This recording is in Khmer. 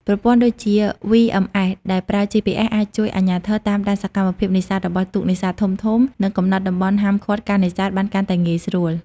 ប្រព័ន្ធដូចជា VMS ដែលប្រើ GPS អាចជួយអាជ្ញាធរតាមដានសកម្មភាពនេសាទរបស់ទូកនេសាទធំៗ និងកំណត់តំបន់ហាមឃាត់ការនេសាទបានកាន់តែងាយស្រួល។